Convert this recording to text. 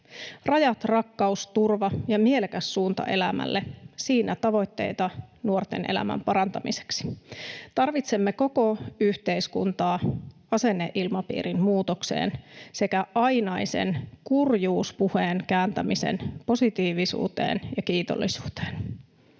Rajat, rakkaus, turva ja mielekäs suunta elämälle — siinä tavoitteita nuorten elämän parantamiseksi. Tarvitsemme koko yhteiskuntaa asenneilmapiirin muutokseen sekä ainaisen kurjuuspuheen kääntämiseen positiivisuuteen ja kiitollisuuteen.